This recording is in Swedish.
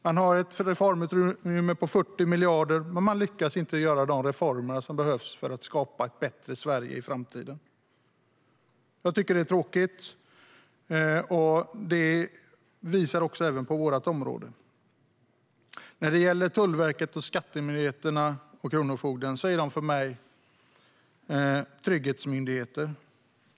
Den har ett reformutrymme på 40 miljarder, men den lyckas inte göra de reformer som behövs för att skapa ett bättre Sverige i framtiden. Jag tycker att det är tråkigt. Det visar sig även på vårt område. När det gäller Tullverket, Skatteverket och Kronofogden är de för mig trygghetsmyndigheter.